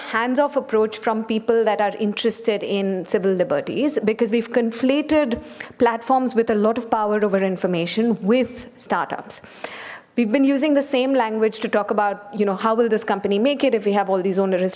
hands off approach from people that are interested in civil liberties because we've conflated platforms with a lot of power over information with startups we've been using the same language to talk about you know how will this company make it if we have all these oner